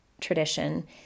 tradition